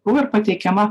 buvo ir pateikiama